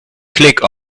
click